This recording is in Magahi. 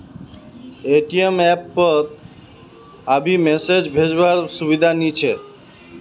ए.टी.एम एप पोत अभी मैसेज भेजो वार सुविधा नी छे